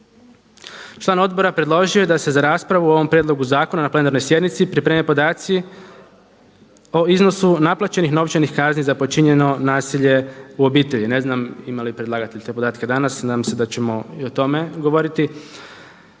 Član odbora predložio je da se za raspravu u ovom prijedlogu zakona na plenarnoj sjednici pripreme podaci o iznosu naplaćenih novčanih kazni za počinjeno nasilje u obitelji. Ne znam ima li predlagatelj te podatke danas. Nadam se da ćemo i o tome govoriti.